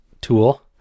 tool